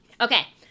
Okay